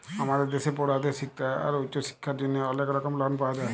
আমাদের দ্যাশে পড়ুয়াদের শিক্খা আর উঁচু শিক্খার জ্যনহে অলেক রকম লন পাওয়া যায়